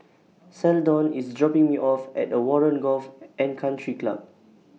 Seldon IS dropping Me off At The Warren Golf and Country Club